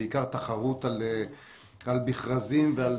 בעיקר תחרות על מכרזים ועל